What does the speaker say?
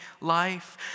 life